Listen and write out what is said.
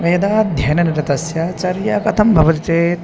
वेदाध्ययननिरतस्य चर्या कथं भवति चेत्